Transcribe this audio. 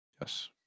Yes